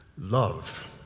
love